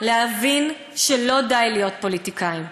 להבין שלא די בלהיות פוליטיקאים,